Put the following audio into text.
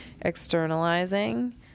externalizing